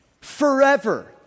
forever